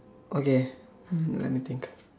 okay um let me think